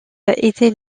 était